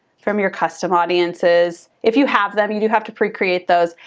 from your custom audiences. if you have them, you do have to pre-create those.